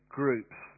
groups